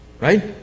Right